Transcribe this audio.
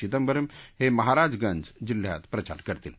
चिदंबरम हे महाराजगंज जिल्ह्यात प्रचार करतील